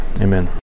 Amen